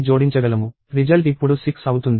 result ఇప్పుడు 6 అవుతుంది